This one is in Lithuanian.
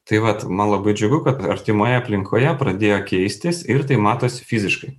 tai vat man labai džiugu kad artimoje aplinkoje pradėjo keistis ir tai matosi fiziškai